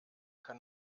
kann